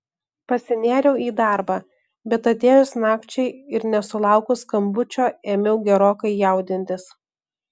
pasinėriau į darbą bet atėjus nakčiai ir nesulaukus skambučio ėmiau gerokai jaudintis